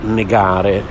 negare